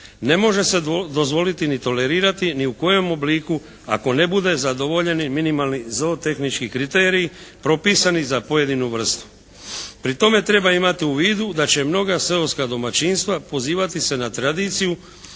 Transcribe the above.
ne može se dozvoliti ni tolerirati ni u kojem obliku ako ne bude zadovoljen minimalni ZOO tehnički kriteriji propisani za pojedinu vrstu. Pri tome treba imati u vidu da će mnoga seoska domaćinstva pozivati se na tradiciju,